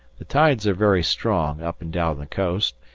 the tides are very strong up and down the coast,